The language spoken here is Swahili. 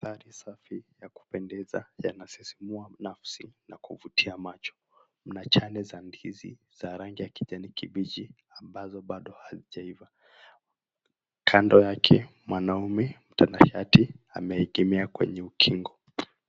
Mandhari safi ya kupendeza yanasisimua nafsi na kuvutia macho, mna chane za ndizi za rangi ya kijani kibichi ambazo bado hazijaiva, kando yake mwanaume mtanashati ameegemea kwenye ukingo.